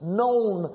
known